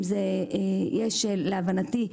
להבנתי,